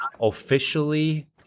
officially